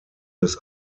des